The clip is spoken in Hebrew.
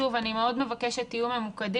שוב, אני מאוד מבקשת, תהיו ממוקדים.